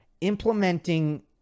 implementing